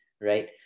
right